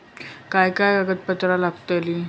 काय काय कागदपत्रा लागतील?